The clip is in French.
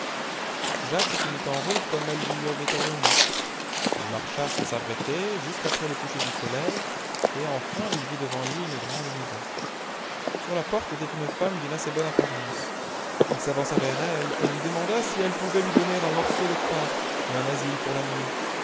jacques se mit en route comme elle le lui avait ordonné il marcha sans s'arrêter jusqu'après le coucher du soleil et enfin il vit devant lui une grande maison sur la porte était une femme d'une assez bonne apparence il s'avança vers elle et lui demanda si elle pouvait lui donner un morceau de pain et un asile pour la nuit